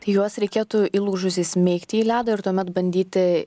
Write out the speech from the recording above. tai juos reikėtų įlūžus įsmeigti į ledą ir tuomet bandyti